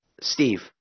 Steve